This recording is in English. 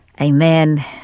Amen